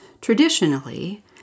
Traditionally